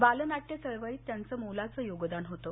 बालनाट्य चळवळीत त्यांचं मोलाचं योगदान होतं